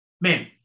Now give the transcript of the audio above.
Man